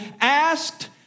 asked